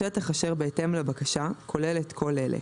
השטח אשר בהתאם לבקשה, כולל את כל אלה: